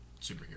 superhero